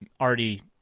already